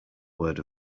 word